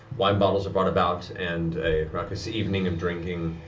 wine bottles are brought about, and a raucous evening of drinking